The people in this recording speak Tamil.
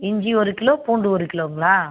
இஞ்சி ஒரு கிலோ பூண்டு ஒரு கிலோங்களா